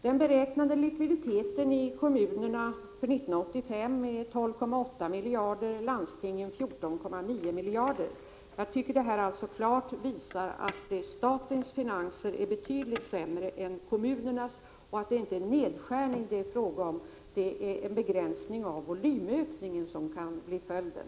Den beräknade likviditeten för 1985 i kommunerna är 12,8 miljarder och i landstingen 14,9 miljarder. Jag tycker att detta klart visar att statens finanser är betydligt sämre än kommunernas och att det inte är fråga om nedskärningar utan att följden kan bli en begränsning av volymökningen.